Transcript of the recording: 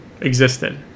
existed